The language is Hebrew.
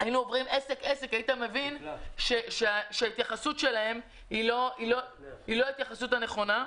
עוברים עסק-עסק היית מבין שההתייחסות שלהם היא לא ההתייחסות הנכונה.